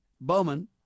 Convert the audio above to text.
Bowman